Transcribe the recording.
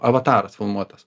avataras filmuotas